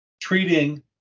treating